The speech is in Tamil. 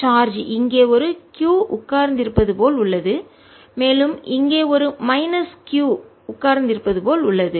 சார்ஜ் இங்கே ஒரு q உட்கார்ந்திருப்பது போல் உள்ளது மேலும் இங்கே ஒரு மைனஸ் q உட்கார்ந்திருப்பது போல் உள்ளது